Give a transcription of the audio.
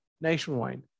nationwide